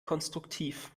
konstruktiv